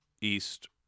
East